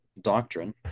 doctrine